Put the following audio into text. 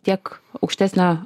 tiek aukštesnio